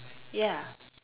ya